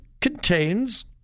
contains